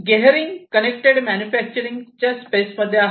Gehring connected मॅन्युफॅक्चरिंगच्या space मध्ये आहे